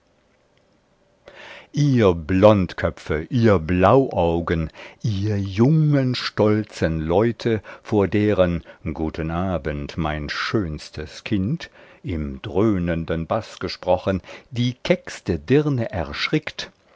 ihr blondköpfe ihr blauaugen ihr jungen stolzen leute vor deren guten abend mein schönstes kind im dröhnenden baß gesprochen die keckste dirne erschrickt